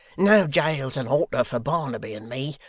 no jails and halter for barnaby and me.